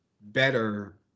better